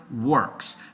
works